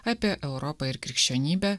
apie europą ir krikščionybę